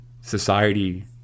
society